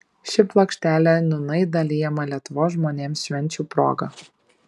ši plokštelė nūnai dalijama lietuvos žmonėms švenčių proga